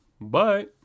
Bye